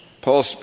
Paul